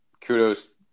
kudos